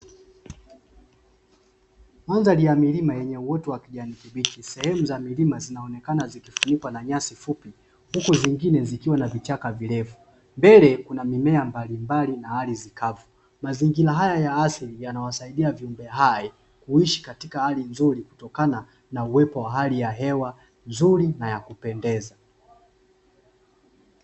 Madhari ya milima yenye uoto wa kijani kibichi sehemu za milima zinaonekana zikifunikwa na nyasi fupi, huku zingine zikiwa na vichaka virefu mbele kuna mimea mbalimbali na ardhi kavu, mazingira haya ya asili yanawasaidia viumbe hai kuishi katika hali nzuri kutokana na uwepo wa hali ya hewa nzuri na yakupendeza.